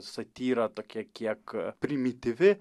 satyra tokia kiek primityvi